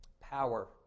Power